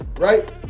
right